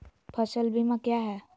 फ़सल बीमा क्या है?